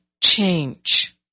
change